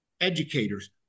educators